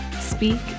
speak